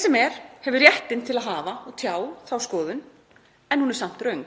sem er hefur rétt til að hafa og tjá þá skoðun en hún er samt röng.